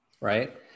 right